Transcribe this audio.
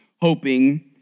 hoping